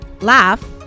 laugh